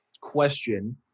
question